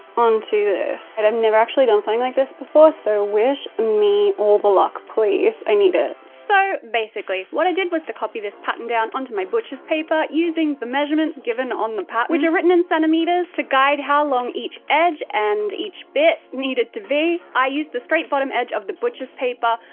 onto this. and i've never actually done something like this before so wish me all the luck, please i need it. ah so basically, what i did was copy this pattern down onto my butcher's paper using the measurements given on the pattern which are written in centimeters, to guide how long each edge and each bit needed to be, i used the straight bottom edge of the butcher's paper,